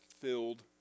filled